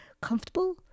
comfortable